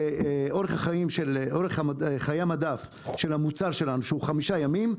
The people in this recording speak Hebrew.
שאורך חיי המדף של המוצר שלנו הוא חמישה ימים,